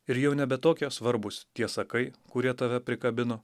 ir jau nebe tokie svarbūs tie sakai kurie tave prikabino